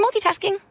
multitasking